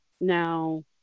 Now